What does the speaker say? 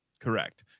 correct